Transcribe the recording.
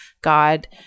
God